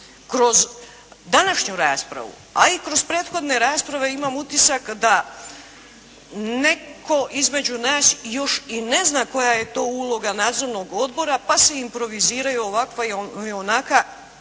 Kroz današnju raspravu a i kroz prethodne rasprave imam utisak da netko između nas još i ne zna koja je to uloga nadzornog odbora pa se improviziraju ovakva i onakva